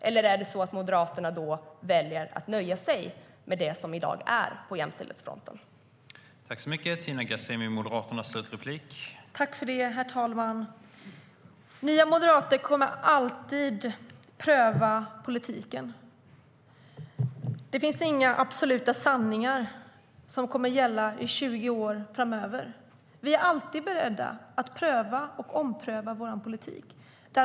Eller är det så att Moderaterna då väljer att nöja sig med det som i dag är på jämställdhetsfronten?